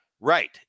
Right